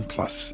Plus